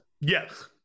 Yes